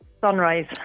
Sunrise